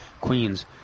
queens